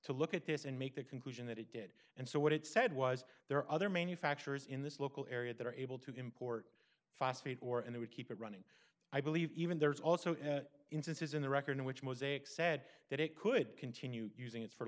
to look at this and make the conclusion that it did and so what it said was there are other manufacturers in this local area that are able to import phosphate or and they would keep it running i believe even there's also instances in the record in which mosaic said that it could continue using it for